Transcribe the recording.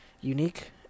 unique